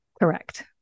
Correct